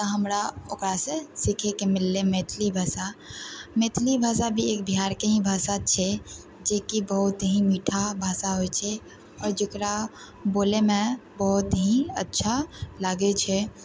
तऽ हमरा ओकरासँ सिखैके मिललै मैथिली भाषा मैथिली भाषा भी एक बिहारके ही भाषा छै जेकि बहुत ही मीठा भाषा होइ छै आओर जकरा बोलैमे बहुत ही अच्छा लागै छै